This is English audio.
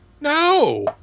No